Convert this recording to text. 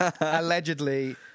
allegedly